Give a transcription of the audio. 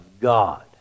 God